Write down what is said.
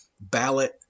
ballot